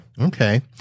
Okay